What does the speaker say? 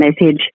message